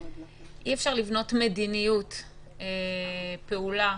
אי אפשר לבנות מדיניות פעולה